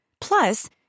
Plus